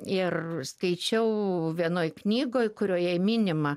ir skaičiau vienoj knygoj kurioje minima